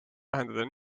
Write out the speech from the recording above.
vähendada